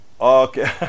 Okay